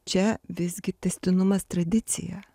čia visgi tęstinumas tradicija